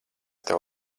tev